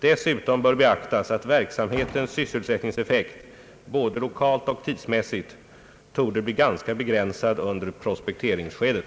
Dessutom bör beaktas att verksamhetens sysselsättningseffekt både lokalt och tidsmässigt torde bli ganska begränsad under prospekteringsskedet.